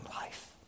life